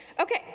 Okay